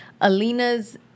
Alina's